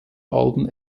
alben